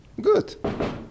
Good